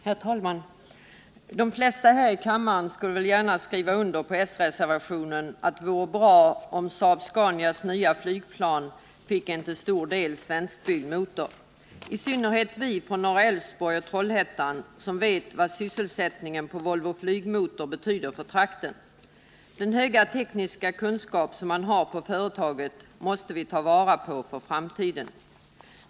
Herr talman! De flesta här i kammaren skulle väl gärna skriva under på s-reservationens ord om att det vore bra om Saab-Scanias nya flygplan fick en till stor del svenskbyggd motor — i synnerhet vi från norra Älvsborg och Trollhättan, som vet vad sysselsättningen på Volvo Flygmotor betyder för trakten. Den höga tekniska kunskap som man har inom företaget där måste vi ta vara på för framtiden.